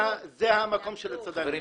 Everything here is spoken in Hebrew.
זה המקום של הצד"לניקים.